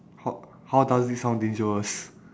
h~ how does it sound dangerous